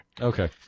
Okay